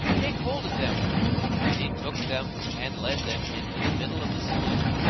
take hold of them and he took them and led them into the middle of the saloon.